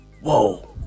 whoa